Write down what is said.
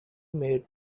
made